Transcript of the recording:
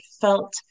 felt